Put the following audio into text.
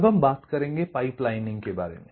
अब हम बात करेंगे पाइपलाइनिंग के बारे में